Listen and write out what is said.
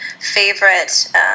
favorite